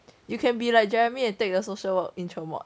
you can be like jeremy and take the social work intro mod